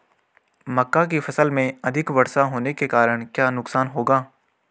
मक्का की फसल में अधिक वर्षा होने के कारण क्या नुकसान होगा?